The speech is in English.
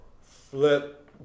Flip